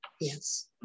Yes